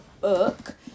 book